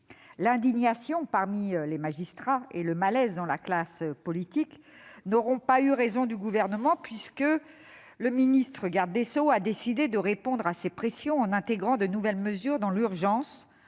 L'indignation parmi les magistrats et le malaise dans la classe politique n'auront pas eu raison du Gouvernement, puisque le garde des sceaux a décidé de répondre à ces pressions en intégrant dans l'urgence,